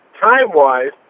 time-wise